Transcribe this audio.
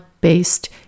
based